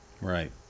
Right